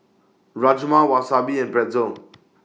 Rajma Wasabi and Pretzel